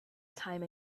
time